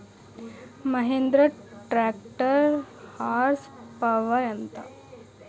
Mahindra tractor horse power ఎంత?